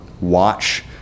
watch